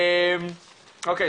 אוקי,